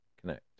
connect